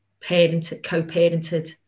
co-parented